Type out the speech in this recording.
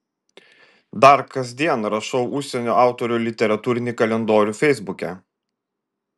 dar kasdien rašau užsienio autorių literatūrinį kalendorių feisbuke